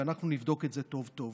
ואנחנו נבדוק את זה טוב-טוב.